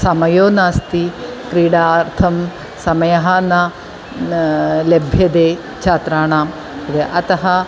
समयो नास्ति क्रीडार्थं समयः न लभ्यते छात्राणां अतः